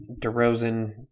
DeRozan